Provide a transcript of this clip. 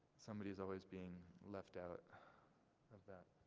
somebody is always being left out of that.